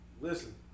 listen